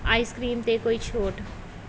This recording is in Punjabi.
ਆਈਸ ਕਰੀਮ 'ਤੇ ਕੋਈ ਛੋਟ